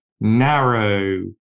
narrow